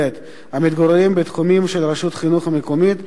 המתגוררים בתחומה של רשות חינוך מקומית.